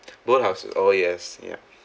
boathouses oh yes ya